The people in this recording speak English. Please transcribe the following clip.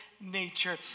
nature